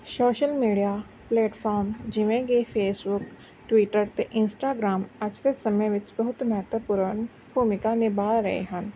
social media platform ਜਿਵੇਂ ਕਿ Facebook Twitter ਅਤੇ ਇੰਸਟਾਗ੍ਰਾਮ ਅੱਜ ਦੇ ਸਮੇਂ ਵਿੱਚ ਬਹੁਤ ਮਹੱਤਵਪੂਰਨ ਭੂਮਿਕਾ ਨਿਭਾ ਰਹੇ ਹਨ